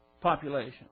population